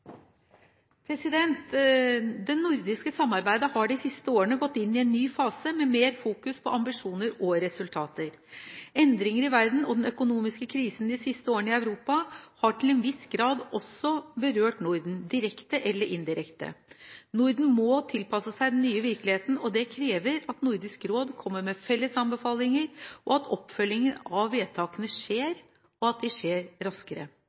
Det nordiske samarbeidet har de siste årene gått inn i en ny fase med mer fokus på ambisjoner og resultater. Endringer i verden og den økonomiske krisen de siste årene i Europa har til en viss grad også berørt Norden – direkte eller indirekte. Norden må tilpasse seg den nye virkeligheten, og det krever at Nordisk råd kommer med felles anbefalinger, at oppfølging av vedtakene skjer, og at de skjer raskere.